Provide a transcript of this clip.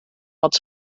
want